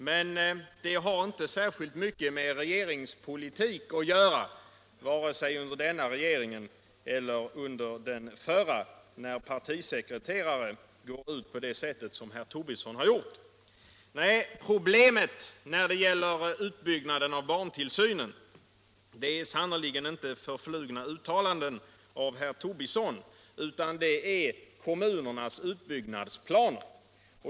Men det har inte särskilt mycket med regeringspolitik att göra, vare sig under denna regering eller under den förra, när partisekreterare går ut med yttranden på det sätt som herr Tobisson har gjort. Nej, problemet när det gäller utbyggnaden av barntillsynen är sannerligen inte förflugna uttalanden av herr Tobisson, utan det är kommunernas utbyggnadsplaner.